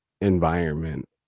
environment